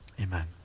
Amen